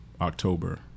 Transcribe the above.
October